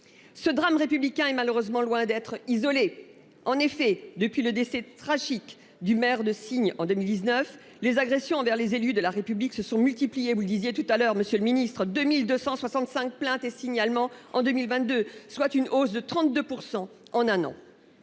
Ce drame républicain est malheureusement loin d'être isolé. En effet, depuis le décès tragique du maire de signes en 2019 les agressions envers les élus de la République se sont multipliés, vous le disiez tout à l'heure Monsieur le Ministre, 2265 plaintes et signalements en 2022 soit une hausse de 32% en un an.